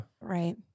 Right